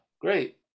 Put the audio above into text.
great